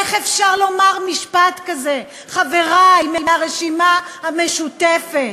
איך אפשר לומר משפט כזה, חברי מהרשימה המשותפת?